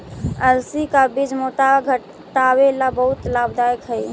अलसी का बीज मोटापा घटावे ला बहुत लाभदायक हई